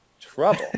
Trouble